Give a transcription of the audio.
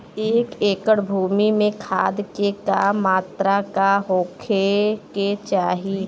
एक एकड़ भूमि में खाद के का मात्रा का होखे के चाही?